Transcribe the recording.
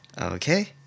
Okay